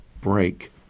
break